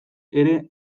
ere